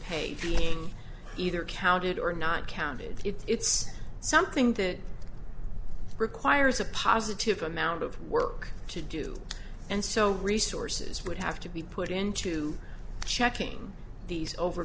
pay being either counted or not counted if it's something that requires a positive amount of work to do and so resources would have to be put into checking these